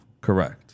correct